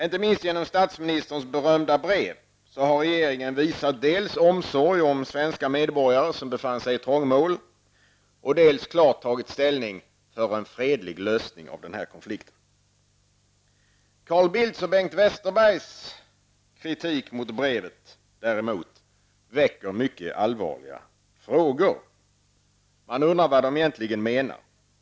Inte minst tack vara statsministerns berömda brev har regeringen visat dels omsorg om svenska medborgare som befann sig i trångmål, dels klart tagit ställning för en fredlig lösning av konflikten. Carl Bildts och Bengt Westerbergs kritik mot brevet väcker mycket allvarliga frågor. Man undrar vad de egentligen menar.